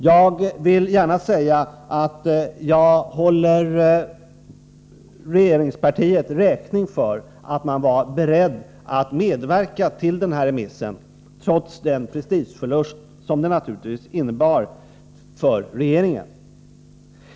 Jag vill gärna säga att jag håller regeringspartiet räkning för att man var beredd att medverka till den här remissen, trots den prestigeförlust som det naturligtvis innebar för regeringen.